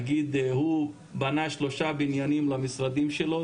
נגיד הוא בנה שלושה בניינים למשרדים שלו,